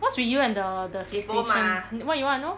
what's with you and the the fixation m~ what you wanna know